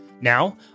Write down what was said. Now